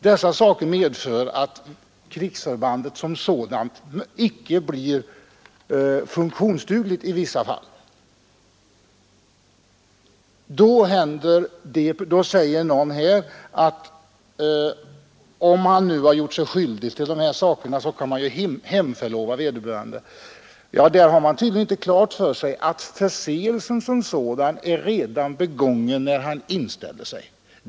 Detta medför att krigsförbandet icke blir funktionsdugligt i vissa fall. Då säger någon att om vederbörande nu har gjort sig skyldig till sådant här kan man ju hemförlova honom. Men där har man tydligen inte klart för sig att förseelsen som sådan redan är begången när han inställer sig.